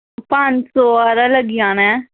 पंज सौ हारा लग्गी जाना ऐ